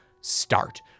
start